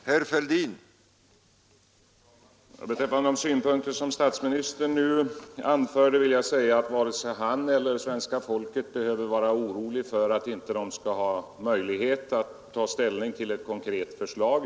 Herr talman! Beträffande de synpunkter som statsministern nu anförde vill jag säga att varken han eller svenska folket behöver känna någon oro för att man inte skall få möjlighet att ta ställning till ett konkret förslag.